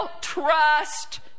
trust